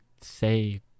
say